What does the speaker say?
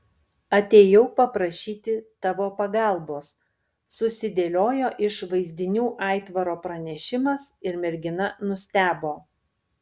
atėjau paprašyti tavo pagalbos susidėliojo iš vaizdinių aitvaro pranešimas ir mergina nustebo